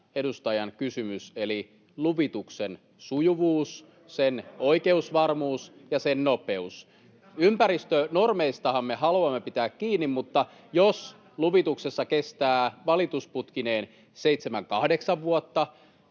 edustajan kysymys eli luvituksen sujuvuus, sen oikeusvarmuus ja sen nopeus. Ympäristönormeistahan me haluamme pitää kiinni, mutta jos luvituksessa kestää valitusputkineen seitsemän